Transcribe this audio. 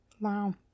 Wow